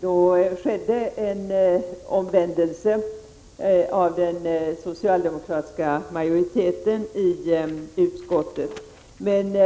Då skedde en omvändelse hos den socialdemokratiska majoriteten i utskottet. Men